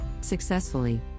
successfully